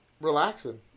relaxing